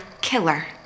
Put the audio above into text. killer